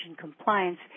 compliance